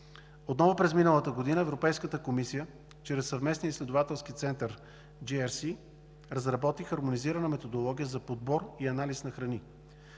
Отново през миналата година Европейската комисия чрез Съвместния изследователски център JRC разработи хармонизирана методология за подбор и анализ на храни,